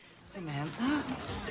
Samantha